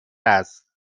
است